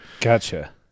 Gotcha